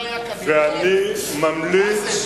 ומה עם ההליך הקונסטיטוציוני?